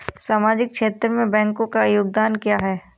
सामाजिक क्षेत्र में बैंकों का योगदान क्या है?